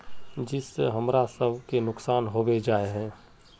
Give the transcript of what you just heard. जिस से हमरा सब के नुकसान होबे जाय है?